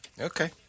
Okay